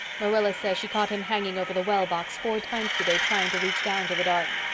marilla says she caught him hanging over the well-box four times today, trying to reach down to the dark.